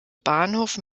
bahnhof